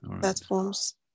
platforms